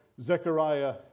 Zechariah